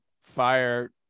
fire